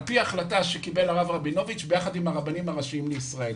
על פי החלטה שקיבל הרב רבינוביץ ביחד עם הרבנים הראשיים לישראל.